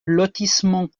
lotissement